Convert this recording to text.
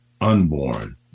unborn